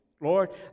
Lord